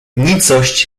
nicość